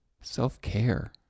self-care